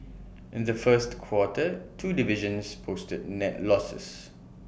in the first quarter two divisions posted net losses